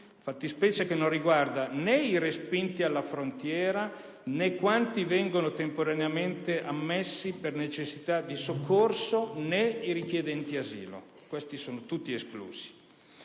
fattispecie che non riguarda né i respinti alla frontiera, né quanti vengono temporaneamente ammessi per necessità di soccorso, né i richiedenti asilo: queste categorie sono tutte escluse.